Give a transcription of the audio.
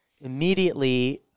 immediately